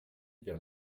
vers